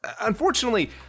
unfortunately